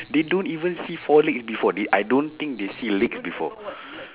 they don't even see four legs before they I don't think they see legs before